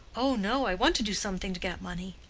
oh no, i want to do something to get money.